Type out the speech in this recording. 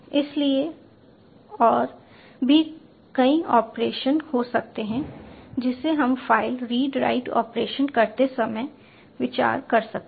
इसलिए और भी कई ऑपरेशन हो सकते हैं जिसे हम फाइल रीड राइट ऑपरेशन करते समय विचार कर सकते हैं